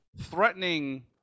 threatening